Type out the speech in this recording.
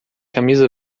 camisa